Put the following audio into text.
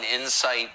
insight